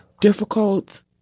difficult